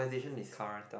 current term